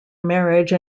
marriage